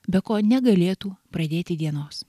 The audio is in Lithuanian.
be ko negalėtų pradėti dienos